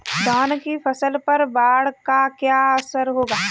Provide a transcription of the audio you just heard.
धान की फसल पर बाढ़ का क्या असर होगा?